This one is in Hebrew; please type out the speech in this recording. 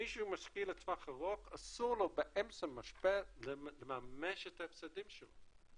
מי שמשקיע לטווח ארוך אסור לו באמצע משבר לממש את ההפסדים שלו.